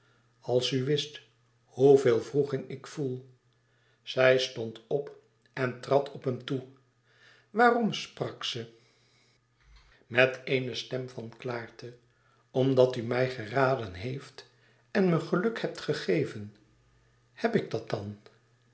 als u wist hoeveel wroeging ik voel zij stond op en trad op hem toe waarom sprak ze met eene stem van klaarte omdat u mij geraden heeft en me geluk heeft gegeven heb ik dat dan